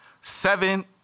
seven